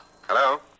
Hello